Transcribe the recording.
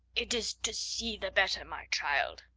it is to see the better, my child.